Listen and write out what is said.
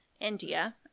India